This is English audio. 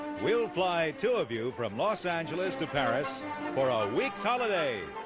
we'll fly two of you from los angeles to paris for ah a week's holiday.